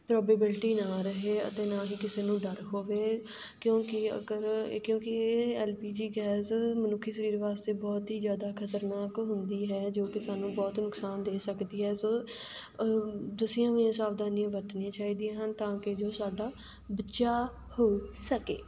probability ਨਾ ਰਹੇ ਅਤੇ ਨਾ ਹੀ ਕਿਸੇ ਨੂੰ ਡਰ ਹੋਵੇ ਕਿਉਂਕਿ ਅਗਰ ਕਿਉਂਕਿ ਐੱਲ ਪੀ ਜੀ ਗੈਸ ਮਨੁੱਖੀ ਸਰੀਰ ਵਾਸਤੇ ਬਹੁਤ ਹੀ ਜ਼ਿਆਦਾ ਖਤਰਨਾਕ ਹੁੰਦੀ ਹੈ ਜੋ ਕਿ ਸਾਨੂੰ ਬਹੁਤ ਨੁਕਸਾਨ ਦੇ ਸਕਦੀ ਹੈ ਸੋ ਦੱਸੀਆਂ ਹੋਈਆਂ ਸਾਵਧਾਨੀਆਂ ਵਰਤਣੀਆਂ ਚਾਹੀਦੀਆਂ ਹਨ ਤਾਂ ਕਿ ਜੋ ਸਾਡਾ ਬਚਾਅ ਹੋ ਸਕੇ